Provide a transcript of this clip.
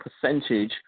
percentage